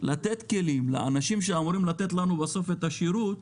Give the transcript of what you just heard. לתת כלים לאנשים שאמורים לתת לנו את השירות